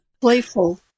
playful